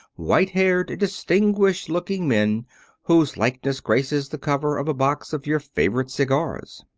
white-haired, distinguished-looking men whose likeness graces the cover of a box of your favorite cigars.